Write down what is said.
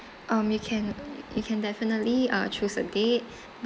um you can you can definitely uh choose a date